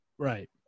right